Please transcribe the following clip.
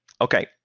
Okay